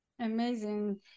amazing